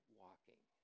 walking